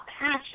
passion